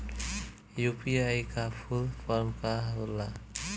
UPI का full form का होला?